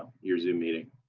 your zoom meeting.